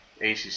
ACC